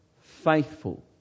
faithful